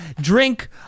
drink